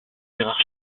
gérard